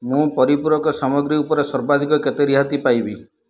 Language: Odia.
ମୁଁ ପରିପୂରକ ସାମଗ୍ରୀ ଉପରେ ସର୍ବାଧିକ କେତେ ରିହାତି ପାଇବି